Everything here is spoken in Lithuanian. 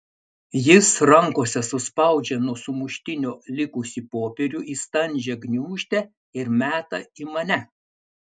jis rankose suspaudžia nuo sumuštinio likusį popierių į standžią gniūžtę ir meta į mane